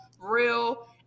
real